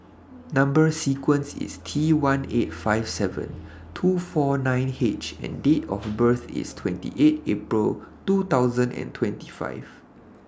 Number sequence IS T one eight five seven two four nine H and Date of birth IS twenty eight April two thousand and twenty five